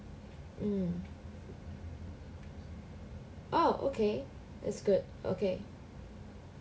mm oh okay that's good okay